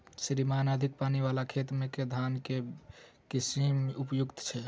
श्रीमान अधिक पानि वला खेत मे केँ धान केँ किसिम उपयुक्त छैय?